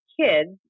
kids